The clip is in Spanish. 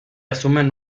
asumen